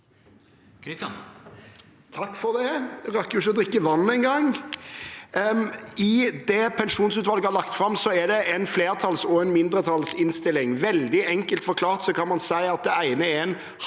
I det pensjonsutvalget har lagt fram, er det en flertalls- og en mindretallsinnstilling. Veldig enkelt forklart kan man si at det ene er en halv